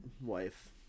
wife